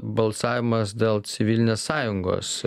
balsavimas dėl civilinės sąjungos